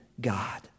God